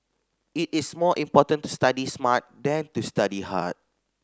it is more important to study smart than to study hard